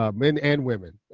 um men and women.